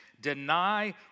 deny